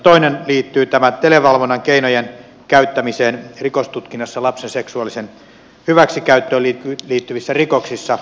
toinen liittyy tähän televalvonnan keinojen käyttämiseen rikostutkinnassa lapsen seksuaaliseen hyväksikäyttöön liittyvissä rikoksissa